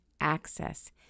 access